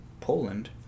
Poland